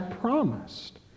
promised